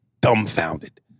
dumbfounded